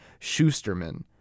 Schusterman